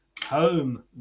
Home